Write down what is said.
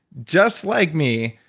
just like me,